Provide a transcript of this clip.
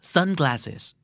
Sunglasses